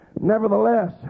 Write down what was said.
Nevertheless